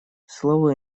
слово